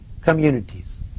communities